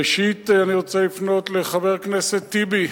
ראשית, אני רוצה לפנות לחבר הכנסת טיבי.